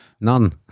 None